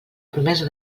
promesa